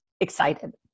excited